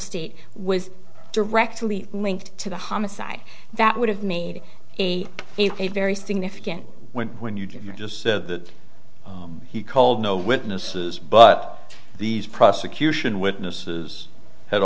state was directly linked to the homicide that would have made a a very significant when we you jimi just said that he called no witnesses but these prosecution witnesses had